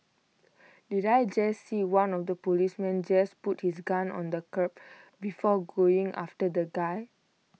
did I just see one of the policemen just put his gun on the curb before going after the guy